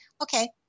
okay